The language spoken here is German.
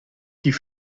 die